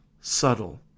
Subtle